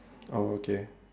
oh okay